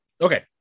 Okay